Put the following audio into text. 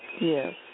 Yes